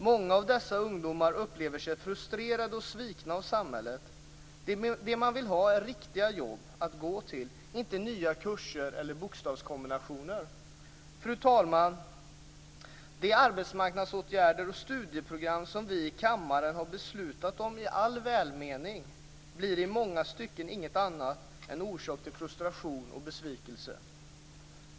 Många av dessa ungdomar upplever sig frustrerade och svikna av samhället. Det de vill ha är ett riktiga jobb att gå till, inte nya kurser eller bokstavskombinationer. Fru talman! De arbetsmarknadsåtgärder och studieprogram som vi i kammaren har beslutat om i all välmening blir i många stycken inget annat en orsak till frustration och besvikelse.